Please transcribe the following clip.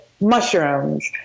mushrooms